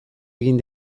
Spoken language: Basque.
egin